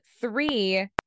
three